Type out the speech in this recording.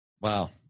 wow